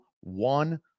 one